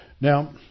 Now